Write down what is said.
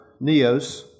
Neos